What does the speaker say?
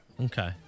Okay